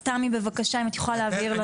תמי, בבקשה, אם את יכולה להבהיר לנו.